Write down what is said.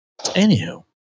Anywho